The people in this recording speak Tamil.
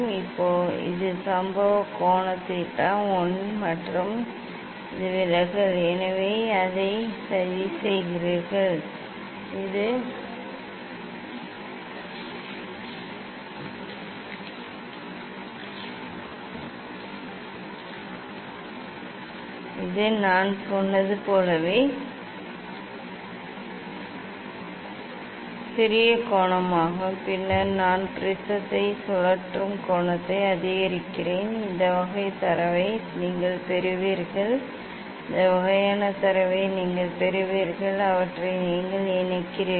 இது சம்பவ கோணம் தீட்டா I மற்றும் இது விலகல் எனவே நீங்கள் அதை சதி செய்கிறீர்கள் இது நான் சொன்னது போல் சிறிய கோணமாகும் பின்னர் நான் ப்ரிஸத்தை சுழற்றும் கோணத்தை அதிகரிக்கிறேன் இந்த வகை தரவை நீங்கள் பெறுவீர்கள் இந்த வகையான தரவை நீங்கள் பெறுவீர்கள் அவற்றை நீங்கள் இணைக்கிறீர்கள்